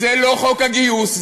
זה לא חוק הגיוס,